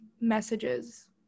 messages